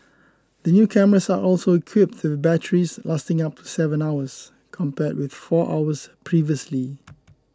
the new cameras are also equipped the batteries lasting up seven hours compared with four hours previously